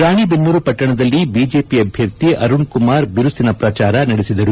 ರಾಣೆಬೆನ್ನೂರು ಪಟ್ಟಣದಲ್ಲಿ ಬಿಜೆಪಿ ಅಭ್ವರ್ಧಿ ಅರುಣ್ ಕುಮಾರ್ ಬಿರುಸಿನ ಪ್ರಜಾರ ನಡೆಸಿದರು